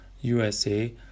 USA